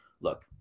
Look